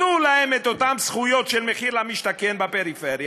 תנו להם את אותן זכויות של מחיר למשתכן בפריפריה,